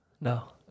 No